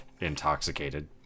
intoxicated